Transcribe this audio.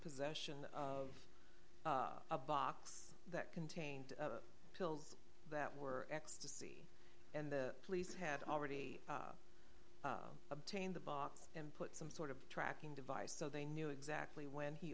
possession of a box that contained pills that were ecstasy and the police had already obtained the box and put some sort of tracking device so they knew exactly when he